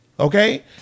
Okay